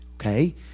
okay